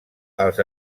als